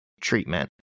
treatment